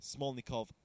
Smolnikov